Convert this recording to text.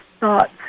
thoughts